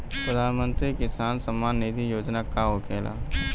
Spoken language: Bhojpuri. प्रधानमंत्री किसान सम्मान निधि योजना का होखेला?